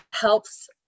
helps